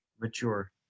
mature